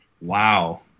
wow